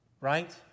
Right